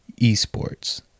esports